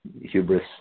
hubris